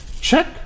Check